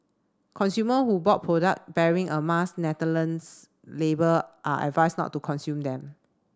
consumer who bought product bearing a Mars Netherlands label are advised not to consume them